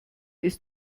ist